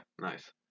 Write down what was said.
Nice